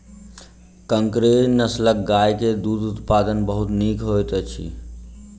कंकरेज नस्लक गाय के दूध उत्पादन बहुत नीक होइत अछि